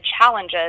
challenges